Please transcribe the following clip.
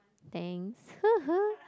thanks